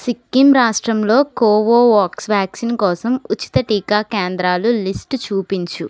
సిక్కిం రాష్ట్రంలో Covovax vaccine కోసం ఉచిత టీకా కేంద్రాల లిస్టు చూపించు